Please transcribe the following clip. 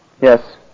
Yes